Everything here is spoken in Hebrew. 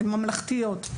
הן ממלכתיות.